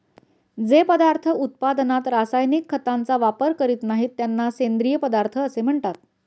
जे पदार्थ उत्पादनात रासायनिक खतांचा वापर करीत नाहीत, त्यांना सेंद्रिय पदार्थ असे म्हणतात